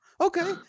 Okay